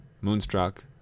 Moonstruck